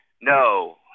No